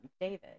David